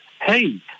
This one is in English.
hey